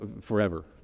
forever